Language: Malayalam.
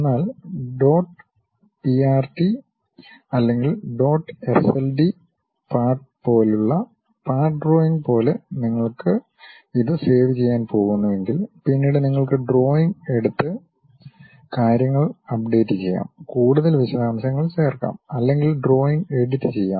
എന്നാൽ dot prt അല്ലെങ്കിൽ dot sld പാർട്ട് പോലുള്ള പാർട്ട് ഡ്രോയിംഗ് പോലെ നിങ്ങൾ ഇത് സേവ് ചെയ്യാൻ പോകുന്നുവെങ്കിൽ പിന്നീട് നിങ്ങൾക്ക് ഡ്രോയിംഗ് എടുത്ത് കാര്യങ്ങൾ അപ്ഡേറ്റു ചെയ്യാം കൂടുതൽ വിശദാംശങ്ങൾ ചേർക്കാം അല്ലെങ്കിൽ ഡ്രോയിംഗ് എഡിറ്റു ചെയ്യാം